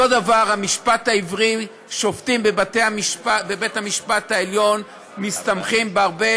אותו דבר המשפט העברי: שופטים בבית-המשפט העליון מסתמכים בהרבה